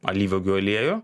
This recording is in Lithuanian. alyvuogių aliejų